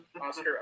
Oscar